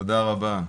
תודה רבה.